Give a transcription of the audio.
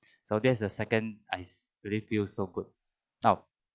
so that's the second I really feel so good now